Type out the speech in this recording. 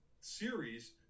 series